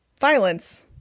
violence